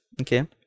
okay